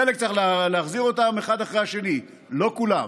וחלק צריך להחזיר אותם אחד אחרי השני, לא כולם.